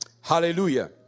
Hallelujah